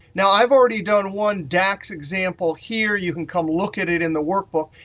now i've already done one dax example here. you can come look at it in the workbook.